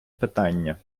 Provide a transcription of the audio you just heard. питання